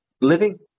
living